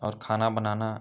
और खाना बनाना